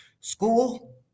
School